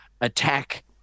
attack